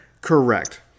correct